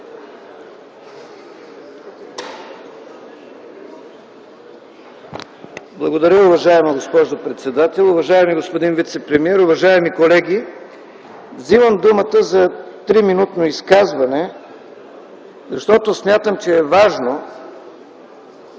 Благодаря, уважаема госпожо председател. Уважаеми господин вицепремиер, уважаеми колеги! Вземам думата за триминутно изказване, защото смятам, че е важно